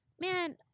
Man